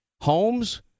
homes